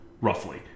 roughly